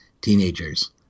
teenagers